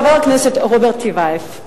חבר הכנסת רוברט טיבייב,